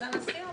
אז הנשיא אמר.